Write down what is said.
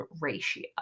ratio